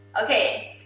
okay,